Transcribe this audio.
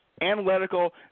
analytical